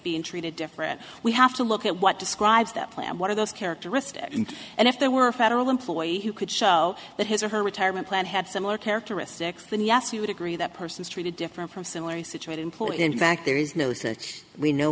being treated different we have to look at what describes that plan one of those characteristics and and if there were a federal employee who could show that his or her retirement plan had similar characteristics then yes you would agree that person is treated different from similarly situated employees in fact there is no such we know